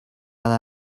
other